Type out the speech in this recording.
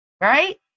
right